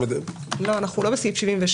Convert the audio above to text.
אנחנו לא בסעיף 76,